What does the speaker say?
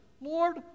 Lord